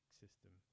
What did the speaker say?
system